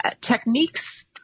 techniques